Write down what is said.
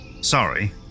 Sorry